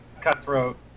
cutthroat